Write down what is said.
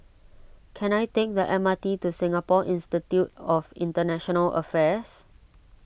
can I take the M R T to Singapore Institute of International Affairs